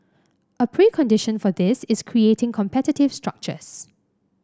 a precondition for this is creating competitive structures